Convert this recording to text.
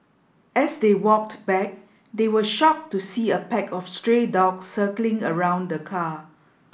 as they walked back they were shocked to see a pack of stray dogs circling around the car